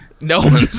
No